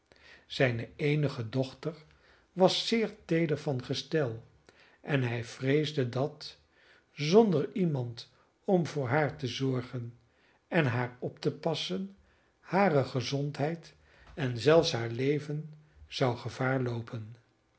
zijne eenige dochter was zeer teeder van gestel en hij vreesde dat zonder iemand om voor haar te zorgen en haar op te passen hare gezondheid en zelfs haar leven zou gevaar loopen